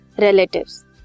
relatives